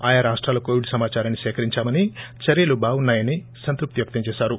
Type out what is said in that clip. ఆయా రాష్టాల కోవిడ్ సమాచారాన్ని సేకరించామని చర్యలు బావున్నాయని సంతృప్తి వ్యక్తం చేశారు